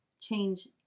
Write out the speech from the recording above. change